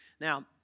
Now